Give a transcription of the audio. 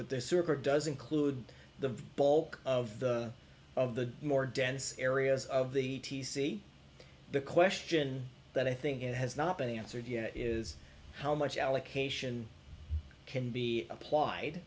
but there server does include the bulk of the of the more dense areas of the t c the question that i think it has not been answered yet is how much allocation can be applied